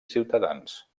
ciutadans